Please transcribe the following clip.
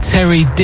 Terry